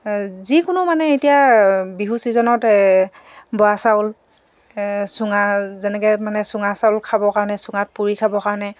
যিকোনো মানে এতিয়া বিহু ছিজনত বৰা চাউল চুঙা তেনেকৈ মানে চুঙা চাউল খাবৰ কাৰণে চুঙাত পুৰি খাবৰ কাৰণে